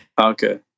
okay